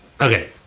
okay